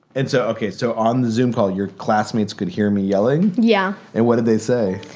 and so. ok. so on the xoom call, your classmates could hear me yelling yeah. and what did they say?